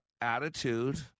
attitude